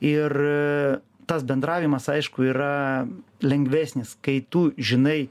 ir tas bendravimas aišku yra lengvesnis kai tu žinai